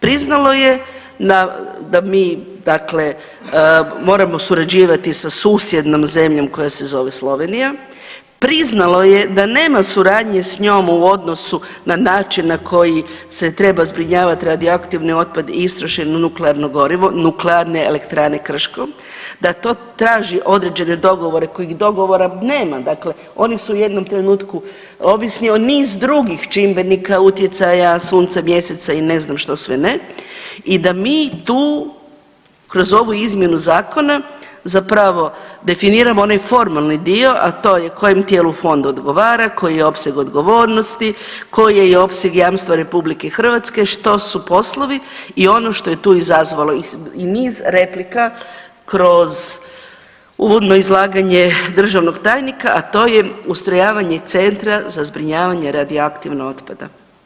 Priznalo je da mi, dakle moramo surađivati sa susjednom zemljom koja se zove Slovenija, priznalo je da nema suradnje s njom u odnosu na način na koji se treba zbrinjavati radioaktivni otpad i istrošeno nuklearno gorivo nuklearne elektrane Krško, da to traži određene dogovore, kojih dogovora nema dakle, oni su u jednom trenutku ovisni o niz drugih čimbenika utjecaja, sunca, mjeseca i ne znam što sve ne i da mi tu kroz ovu izmjenu zakona zapravo definiramo onaj formalni dio, a to je kojem tijelu Fond odgovara, koji je opseg odgovornosti, koji je opseg jamstava Republike Hrvatske, što su poslovi i ono što je tu izazvalo i niz replika kroz uvodno izlaganje državnog tajnika, a to je ustrojavanje Centra za zbrinjavanje radioaktivnog otpada.